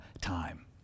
time